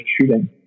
shooting